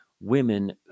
women